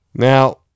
Now